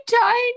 tiny